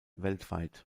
weltweit